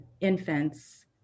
infants